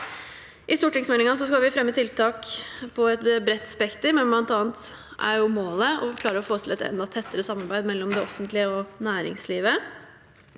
I stortingsmeldingen skal vi fremme tiltak på et bredt spekter. Målet er bl.a. å klare å få til et enda tettere samarbeid mellom det offentlige og næringslivet.